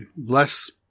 less